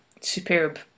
superb